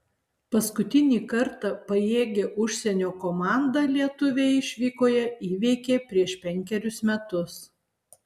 paskutinį kartą pajėgią užsienio komandą lietuviai išvykoje įveikė prieš penkerius metus